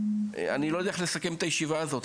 אני לא יודע איך לסכם את הישיבה הזאת,